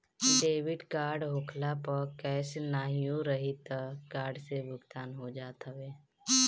debit card होखला पअ cash नाहियो रही तअ कार्ड से भुगतान हो जात हवे